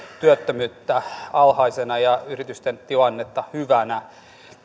työttömyyttä alhaisena ja yritysten tilannetta hyvänä